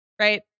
right